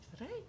Right